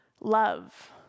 love